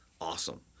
awesome